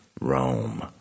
Rome